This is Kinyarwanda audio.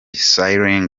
cycling